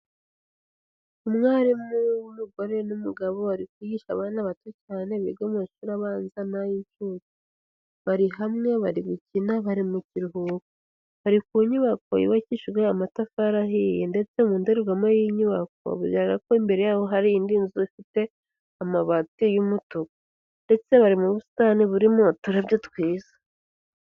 Umwarimu w'umugore n'umugabo bari kwigishe abana bato cyane biga mu mashuri abanza n'ay'incuke. Bari hamwe, bari gukina, bari mu kiruhuko. Bari ku nyubako yubakishijwe amatafari ahiye ndetse mu ndorerwamo y'iyi nyubako, bigaragara ko imbere yaho hari indi nzu zifite amabati y'umutuku. Ndetse bari mu busitani burimo uturabyo twiza.